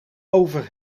over